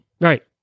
Right